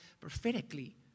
prophetically